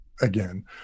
again